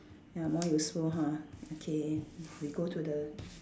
ya more useful ha okay we go to the